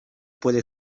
puede